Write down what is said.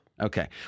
Okay